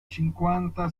cinquanta